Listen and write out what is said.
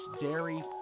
dairy